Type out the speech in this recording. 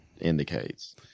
indicates